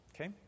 Okay